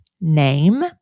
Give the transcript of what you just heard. name